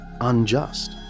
unjust